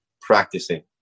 practicing